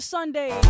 Sunday